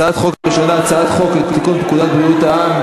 הצעת חוק ראשונה: הצעת חוק לתיקון פקודת בריאות העם